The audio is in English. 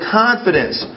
confidence